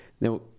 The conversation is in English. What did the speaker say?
Now